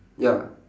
ya